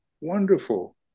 wonderful